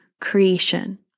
creation